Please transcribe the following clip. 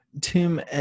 Tim